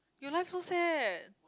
you life so sad